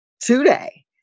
today